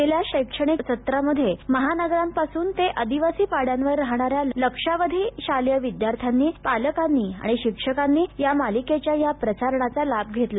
गेल्या शैक्षणिक सत्रात महानगरांपासून ते आदिवासी पाड्यांवर राहणाऱ्या लक्षावधी शालेय विद्यार्थ्यांनी पालकांनी आणि शिक्षकांनी या मालिकेच्या या प्रसारणाचा लाभ घेतला